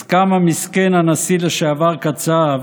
אז כמה מסכן הנשיא לשעבר קצב,